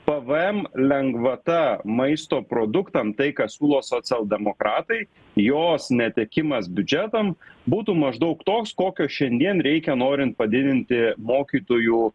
pvm lengvata maisto produktam tai ką siūlo socialdemokratai jos netekimas biudžetam būtų maždaug toks kokio šiandien reikia norint padidinti mokytojų